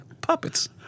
puppets